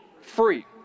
free